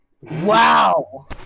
Wow